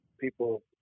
people